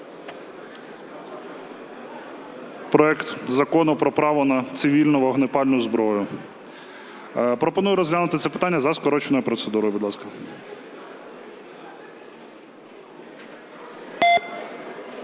проект Закону про право на цивільну вогнепальну зброю. Пропоную розглянути це питання за скороченою процедурою, будь ласка.